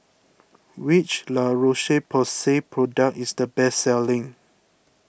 which La Roche Porsay product is the best selling